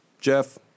Jeff